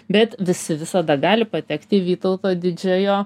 bet visi visada gali patekt į vytauto didžiojo